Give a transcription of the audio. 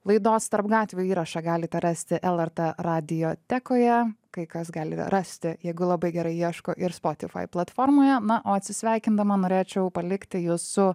laidos tarp gatvių įrašą galite rasti lrt radiotekoje kai kas gali rasti jeigu labai gerai ieško ir spotify platformoje na o atsisveikindama norėčiau palikti jus su